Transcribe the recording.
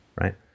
right